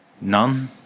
None